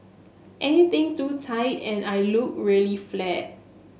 anything too tight and I look really flat